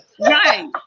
right